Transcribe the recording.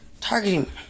Targeting